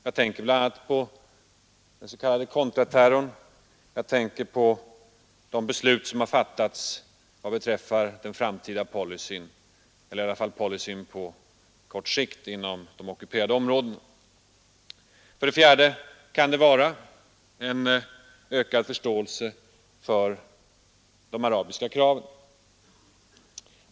Jag tänker bl.a. på den s.k. kontraterrorn, jag tänker på de beslut som har fattats vad beträffar policyn på kort sikt inom de ockuperade områdena. Slutligen kan det vara en ökad förståelse för de arabiska kraven.